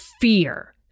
fear